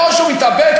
או שהוא מתאבד,